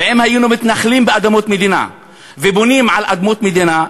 אם היינו מתנחלים באדמות מדינה ובונים על אדמות מדינה,